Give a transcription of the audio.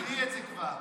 עבאס הקריא את זה כבר.